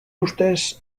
ustez